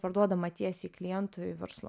parduodama tiesiai klientui verslu